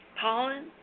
pollen